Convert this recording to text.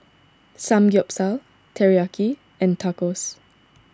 Samgyeopsal Teriyaki and Tacos